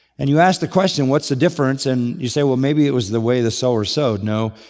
and you ask the question, what's the difference? and you say, well maybe it was the way the sower sowed. no.